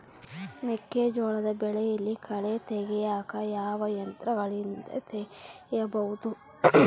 ಮೆಕ್ಕೆಜೋಳ ಬೆಳೆಯಲ್ಲಿ ಕಳೆ ತೆಗಿಯಾಕ ಯಾವ ಯಂತ್ರಗಳಿಂದ ತೆಗಿಬಹುದು?